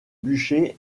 duché